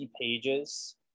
pages